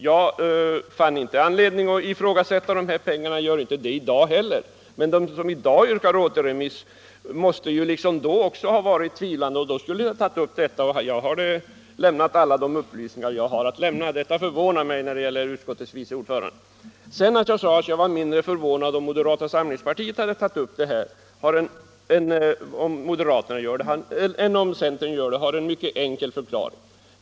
Jag fann inte någon anledning att ifrågasätta anslaget och gör det inte heller i dag. Men de som i dag yrkar på återremiss måste ju också då ha varit tvivlande. Då skulle de ha tagit upp detta och jag skulle ha lämnat alla de upplysningar jag hade att lämna. Detta förvånar mig när det gäller utskottets vice ordförande. Att jag sedan sade att jag var mindre förvånad om moderata samlingspartiet hade tagit upp detta än om centern gör det har en mycket enkel förklaring.